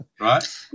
Right